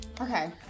Okay